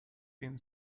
been